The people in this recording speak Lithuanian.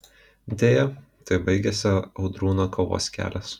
deja taip baigėsi audrūno kovos kelias